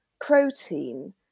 protein